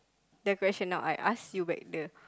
the question now I ask you back the